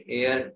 air